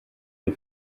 you